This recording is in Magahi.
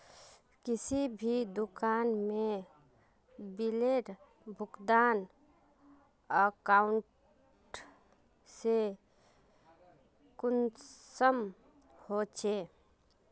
किसी भी दुकान में बिलेर भुगतान अकाउंट से कुंसम होचे?